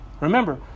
Remember